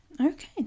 Okay